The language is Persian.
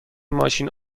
ماشین